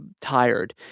tired